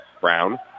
Brown